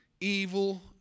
evil